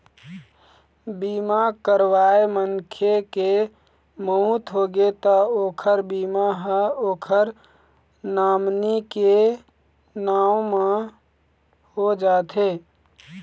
बीमा करवाए मनखे के मउत होगे त ओखर बीमा ह ओखर नामनी के नांव म हो जाथे